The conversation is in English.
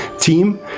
team